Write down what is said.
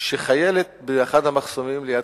שחיילת במחסום ליד